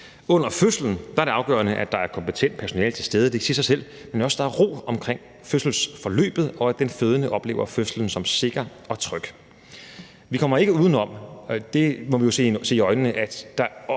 Under fødslen er det afgørende, at der er kompetent personale til stede. Det siger sig selv, men også at der er ro omkring fødselsforløbet, og at den fødende oplever fødslen som sikker og tryg. Vi kommer ikke uden om, og det må vi jo se i øjnene, at der på